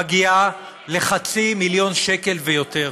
מגיעה לחצי מיליון שקל ויותר.